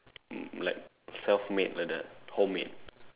um like self made like that home made